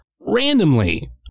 randomly